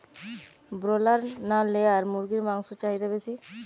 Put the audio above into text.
Broiler না layer মুরগির মাংসর চাহিদা বেশি?